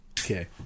Okay